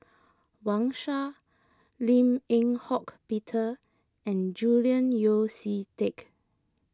Wang Sha Lim Eng Hock Peter and Julian Yeo See Teck